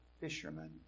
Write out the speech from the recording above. fishermen